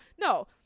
no